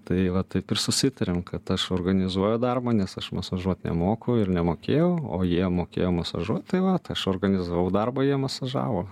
tai va taip ir susitarėm kad aš organizuoju darbą nes aš masažuot nemoku ir nemokėjau o jie mokėjo masažuot tai vat aš organizavau darbą jie masažavo